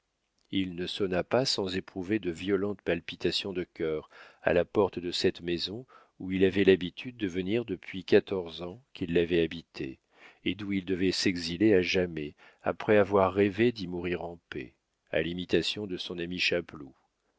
il ne sonna pas sans éprouver de violentes palpitations de cœur à la porte de cette maison où il avait l'habitude de venir depuis quatorze ans qu'il avait habitée et d'où il devait s'exiler à jamais après avoir rêvé d'y mourir en paix à l'imitation de son ami